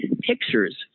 pictures